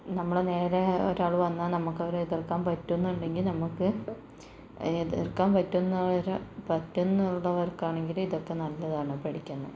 നമ്മുടെ നേരെ ഒരാള് വന്നാൽ നമുക്കവരെ എതിർക്കാൻ പറ്റുമെന്നുണ്ടെങ്കിൽ നമുക്ക് എതിർക്കാൻ പറ്റുമെന്നുള്ള പറ്റുന്നൊള്ളവർക്കാണെങ്കില് ഇതൊക്കെ നല്ലതാണ് പഠിക്കാൻ